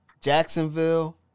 Jacksonville